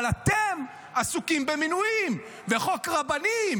אבל אתם עסוקים במינויים ובחוק רבנים